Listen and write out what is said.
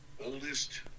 oldest